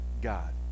God